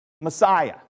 Messiah